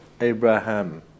Abraham